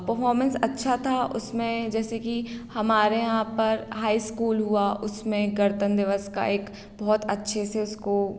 performance अच्छा था उसमें जैसे कि हमारे यहाँ पर हाई स्कूल हुआ उसमें गणतंत्र दिवस का एक बहुत अच्छे से उसको